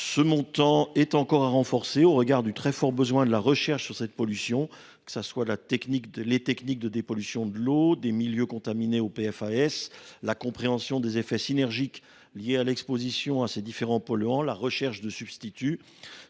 toutefois encore être renforcé au regard du très fort besoin de recherche sur cette pollution concernant les techniques de dépollution de l’eau et des milieux contaminés au PFOA, la compréhension des effets synergiques liés à l’exposition à ces différents polluants et la recherche de substituts.